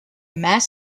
mass